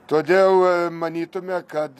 todėl manytume kad